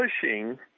pushing